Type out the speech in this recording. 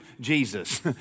Jesus